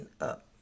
up